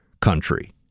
country